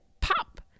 pop